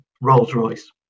Rolls-Royce